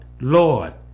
Lord